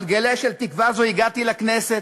על גליה של תקווה זו הגעתי לכנסת,